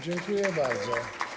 Dziękuję bardzo.